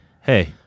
Hey